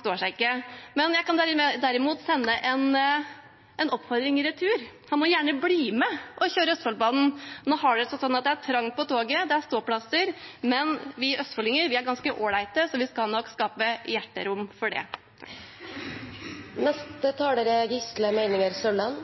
står seg ikke. Jeg kan derimot sende en oppfordring i retur: Han må gjerne bli med og kjøre Østfoldbanen. Nå har det seg sånn at det er trangt på toget, det er ståplasser, men vi østfoldinger er ganske ålreite, så vi skal nok skape hjerterom. For FrP-ere er det